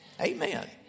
Amen